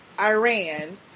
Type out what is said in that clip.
Iran